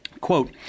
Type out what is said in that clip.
Quote